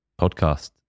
podcast